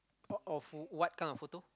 of of what kind of photo